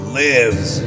lives